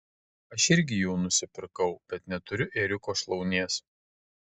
aš irgi jų nusipirkau bet neturiu ėriuko šlaunies